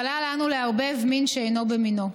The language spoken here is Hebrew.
אבל אל לנו לערבב מין בשאינו מינו.